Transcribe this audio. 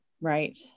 Right